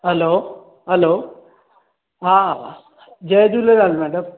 हलो hello हा जय Jhulelal madam